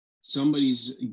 somebody's